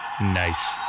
Nice